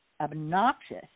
obnoxious